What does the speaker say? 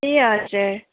ए हजुर